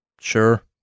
Sure